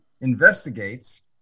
investigates